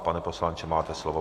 Pane poslanče, máte slovo.